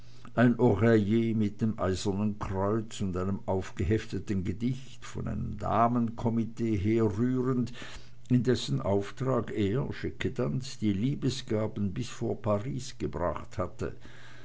mit dem eisernen kreuz und einem aufgehefteten gedicht von einem damenkomitee herrührend in dessen auftrag er schickedanz die liebesgaben bis vor paris gebracht hatte